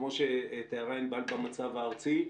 כמו שתיארה ענבל במצב הארצי,